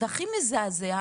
והכי מזעזע,